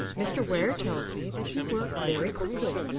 mr. ware tells me that you work very quickly.